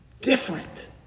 different